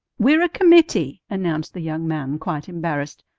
we're a committee, announced the young man, quite embarrassed.